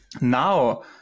Now